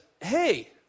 hey